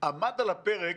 עמד על הפרק